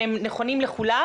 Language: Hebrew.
שהם נכונים לכולם,